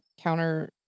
counter